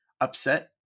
upset